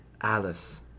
Alice